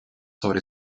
sobre